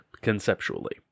conceptually